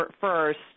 first